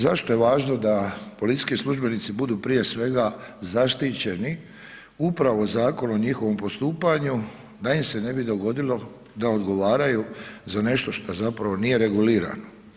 Zašto je važno da policijski službenici budu prije svega zaštićeni upravo zakonom o njihovom postupanju, da im se ne bi dogodilo da odgovaraju za nešto što zapravo nije regulirano.